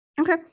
Okay